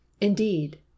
Indeed